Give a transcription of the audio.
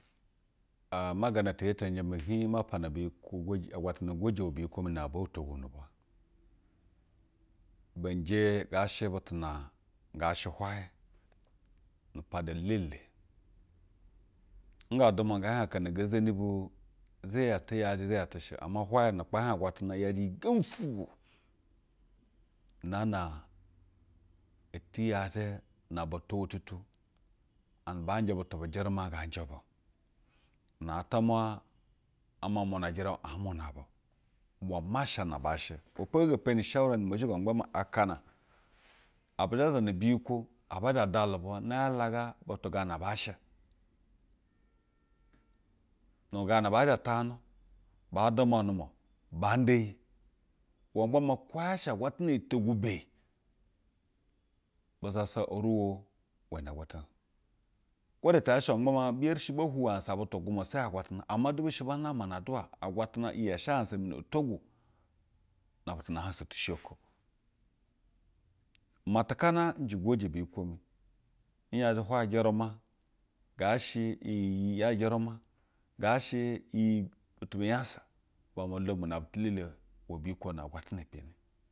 Aa ma gaa nati ehenteni i hii-j ma pana biyikwo gwo, agwatana gwojr iwe byi mi na boo ntogwu bu bwa. Be nje ngaa she butu na ngaa she hwaye. Nu paduelele. Nga dunwa ngee hiej akana ngee zeni bu za iyi ate yajɛ za iyi ate she ama hwaye nu-ukpanhij agwatana yajɛ iyi gembi ufwugwo naa na atiyej aba towo tutu and aba nje butu bu jerumo ngaa nje bu na atwamwa ma nmuna jerumo aa muna bu iwe masha na baa she upo. Ibe po ngee ge reni ushwuwa na umozhigo ma gba maa akana ebi zhe azana biyikwo aba zha a dali bwa na yalaga butu gaa na bas she. Nu gaa na baa zha tahajnu baa duma n-ndumwa, bandaiyi wa jba maa kwo yaa she agwatana hi togwo beyi bu zasa oruwo we na agwatana. Kwo da te yaa she we, a gba maa bi yereshi bo hwuwo ahansa butu gwumwa o, seyi agwatana ama du beshe ba nama na aduwa agwatana iyi shɛ ahansa mi na nto gwu no butu na ahansa tu she oko. Mate kana njɛ gwoje biyi kwo mi. Nysje hwaye jerumo. Ngaa she iyi yaje jerumo, ngaa she iyi butu bu unyasa iwe amɛ dlon na butu elele iwɛ biyikwo na agwatana mpeni